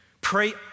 Pray